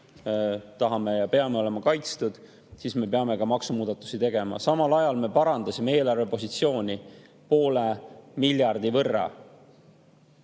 tahame olla ja peame olema kaitstud, siis me peame ka maksumuudatusi tegema. Samal ajal me parandasime eelarvepositsiooni poole miljardi võrra.